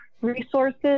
resources